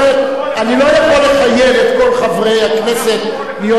אני לא יכול לחייב את כל חברי הכנסת להיות במקום.